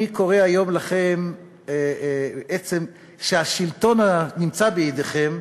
אני קורא היום לכם: עצם זה שהשלטון נמצא בידיכם,